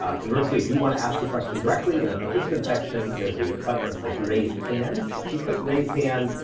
ah conversely, if you want to ask the question directly in the participant section, there's a button that says raise hand. if you click raise hand,